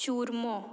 चुरमो